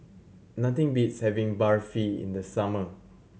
nothing beats having Barfi in the summer